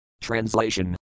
Translation